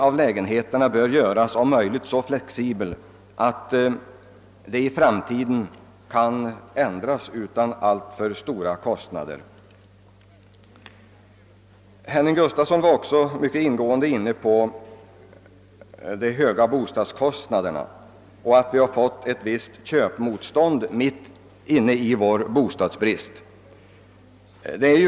av lägenheterna bör om möjligt göras så flexibel att de i framtiden kan ändras utan alltför stora kostnader. Herr Gustafsson tog också mycket ingående upp frågan om de höga bostadskostnaderna och det förhållandet att vi fått ett visst köpmotstånd mitt uppe i vår bostadsbrist.